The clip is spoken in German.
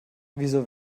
wieso